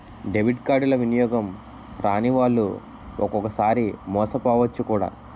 debit కార్డులు వినియోగం రానివాళ్లు ఒక్కొక్కసారి మోసపోవచ్చు కూడా